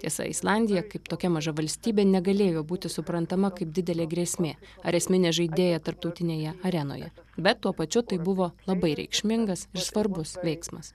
tiesa islandija kaip tokia maža valstybė negalėjo būti suprantama kaip didelė grėsmė ar esminė žaidėja tarptautinėje arenoje bet tuo pačiu tai buvo labai reikšmingas ir svarbus veiksmas